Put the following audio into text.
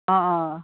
অ অ